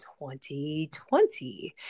2020